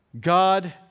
God